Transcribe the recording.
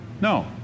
No